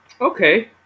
Okay